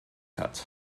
hat